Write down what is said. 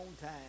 time